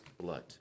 blood